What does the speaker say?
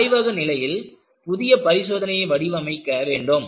ஆய்வக நிலையில் புதிய பரிசோதனையை வடிவமைக்க வேண்டும்